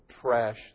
trash